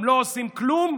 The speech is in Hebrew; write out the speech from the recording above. הם לא עושים כלום,